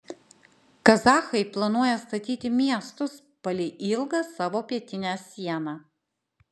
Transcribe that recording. kazachai planuoja statyti miestus palei ilgą savo pietinę sieną